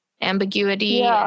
ambiguity